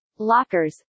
Lockers